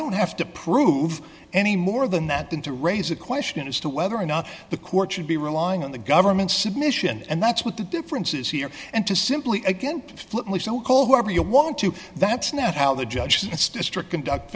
don't have to prove any more than that than to raise a question as to whether or not the court should be relying on the government submission and that's what the differences here and to simply again flippantly so call whatever you want to that's not how the judges strict conduct